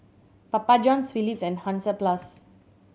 Papa Johns Philips and Hansaplast